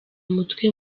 umutwe